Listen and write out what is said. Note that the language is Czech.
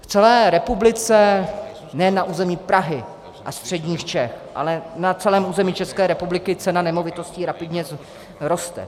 V celé republice, nejen na území Prahy a středních Čech, ale na celém území České republiky cena nemovitostí rapidně roste.